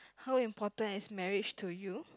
how important is marriage to you